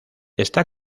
está